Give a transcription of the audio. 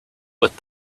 with